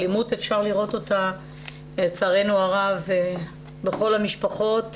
אלימות אפשר לראות אותה לצערנו הרב בכל המשפחות,